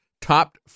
topped